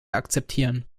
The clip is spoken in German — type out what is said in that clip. akzeptieren